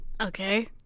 Okay